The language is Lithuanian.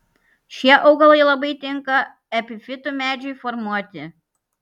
šie augalai labai tinka epifitų medžiui formuoti